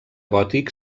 gòtic